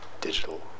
digital